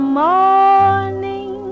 morning